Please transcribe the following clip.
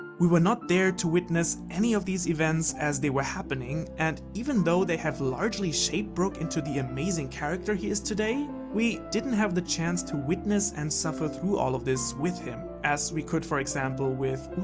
we were not there to witness any of these events as they were happening and even though they have largely shaped brook into the amazing character he is today, we didn't have the chance to witness and suffer through all of this with him, as we could with for example usopp.